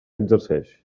exercix